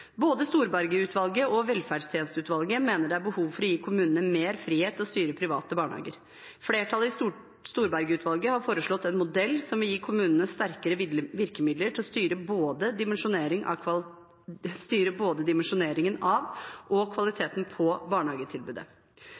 Både Storberget-utvalget og velferdstjenesteutvalget mener det er behov for å gi kommunene mer frihet til å styre private barnehager. Flertallet i Storberget-utvalget har foreslått en modell som vil gi kommunene sterkere virkemidler til å styre både dimensjoneringen av og kvaliteten på barnehagetilbudet. Regjeringen vil også gi små privateide og